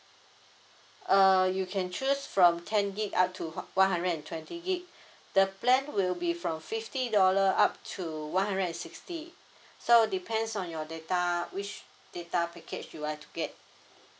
uh you can choose from ten gigabytes up to ho~ one hundred and twenty gigabytes the plan will be from fifty dollar up to one hundred and sixty so depends on your data which data package you're to get